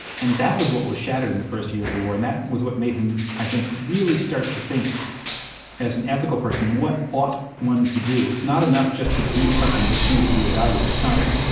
and that was what was shattered in the first years of the war, and that was what made him, i think, really start to think as an ethical person what ought one to do. it's not enough just to do something that seems to be a value, like science,